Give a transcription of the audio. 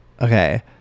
Okay